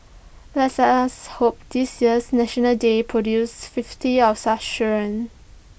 let's us hope this year's National Day produces fifty of such children